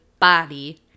body